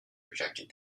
rejected